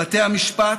בתי המשפט,